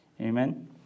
Amen